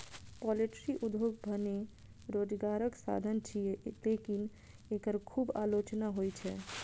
poultry उद्योग भने रोजगारक साधन छियै, लेकिन एकर खूब आलोचना होइ छै